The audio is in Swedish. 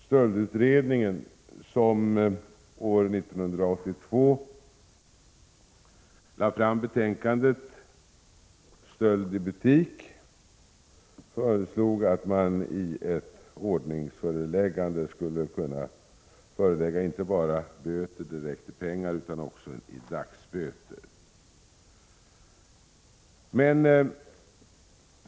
Stöldutredningen, som år 1982 lade fram betänkandet Stöld i butik, föreslog att man i ett ordningsföreläggande skulle kunna förelägga inte bara böter direkt i pengar utan också i dagsböter.